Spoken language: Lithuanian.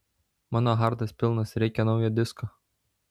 mano hardas pilnas reikia naujo disko